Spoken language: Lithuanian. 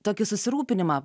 tokį susirūpinimą